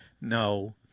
No